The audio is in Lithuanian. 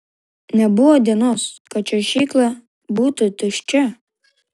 nebuvo dienos kad čiuožykloje būtų tuščia